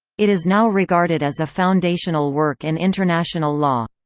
it is now regarded as a foundational work in international law.